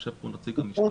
יושב פה נציג המשטרה,